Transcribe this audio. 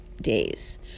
days